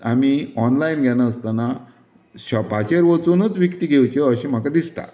आमी ऑनलायन घेना आसतना शॉपाचेर वचूनच विकतीं घेवच्यो अशें म्हाका दिसता